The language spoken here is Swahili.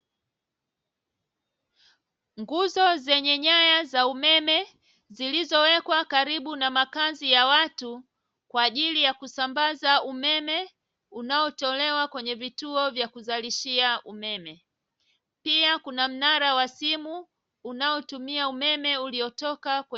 Nguzo zenye nyaya za umeme zilizowekwa karibu na makazi ya watu kwa ajili ya kusambaza umeme unaotolewa kwenye vituo vya kuzalishia umeme, pia kuna mnara wa simu unaotumia umeme uliotoka.